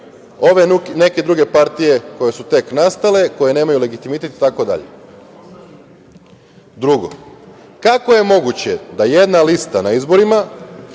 ove neke druge partije koje su tek nastale, koje nemaju legitimitet itd. Drugo, kako je moguće da jedna lista na izborima